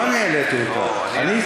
לא, אני אמרתי, לא אני העליתי.